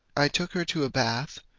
i took her to a bath,